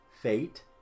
fate